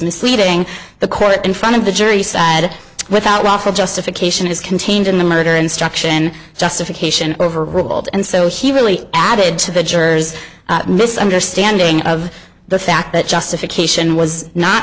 misleading the court in front of the jury said without lawful justification is contained in the murder instruction justification overruled and so he really added to the jurors misunderstanding of the fact that justification was not